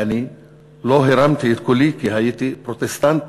ואני לא הרמתי את קולי כי הייתי פרוטסטנטי.